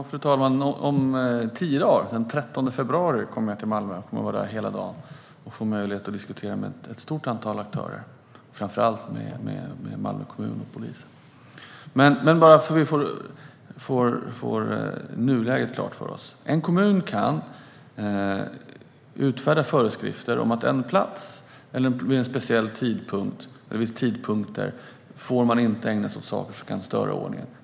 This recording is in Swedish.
Fru talman! Om tio dagar, den 13 februari, kommer jag till Malmö och kommer att vara där hela dagen. Då får jag möjlighet att diskutera med ett stort antal aktörer, framför allt med Malmö kommun och polisen. Bara så att vi får nuläget klart för oss: En kommun kan utfärda föreskrifter om att man på en plats och vid speciella tidpunkter inte får ägna sig åt saker som kan störa ordningen.